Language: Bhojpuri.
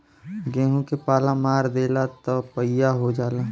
गेंहू के पाला मार देला त पइया हो जाला